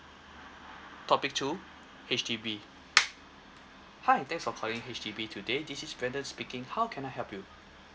topic two H_D_B hi thanks for calling H_D_B today this is brandon speaking how can I help you